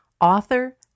author